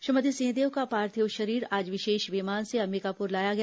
श्रीमती सिंहदेव का पार्थिव शरीर आज विशेष विमान से अंबिकापुर लाया गया